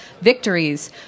victories